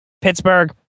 Pittsburgh